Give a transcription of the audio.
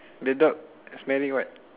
the dog smelling what